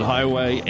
Highway